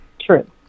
True